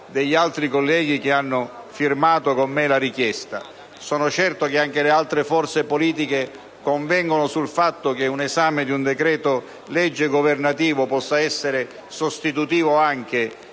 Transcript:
degli altri colleghi che hanno firmato con me la richiesta. Sono certo che anche le altre forze politiche convengono sul fatto che un esame di un decreto-legge governativo possa essere sostitutivo anche